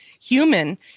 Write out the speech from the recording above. human